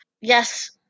yes